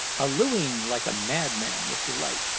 hallooing like a madman with delight.